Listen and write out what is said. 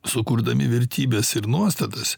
sukurdami vertybes ir nuostatas